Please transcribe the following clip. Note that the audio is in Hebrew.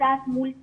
שמתבצעת מול תקון,